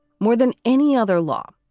more than any other law,